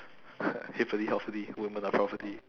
hippity hoppity women are property